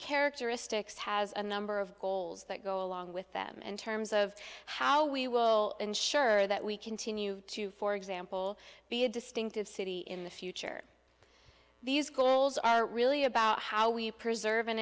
characteristics has a number of goals that go along with them in terms of how we will ensure that we continue to for example be a distinctive city in the future these goals are really about how we preserv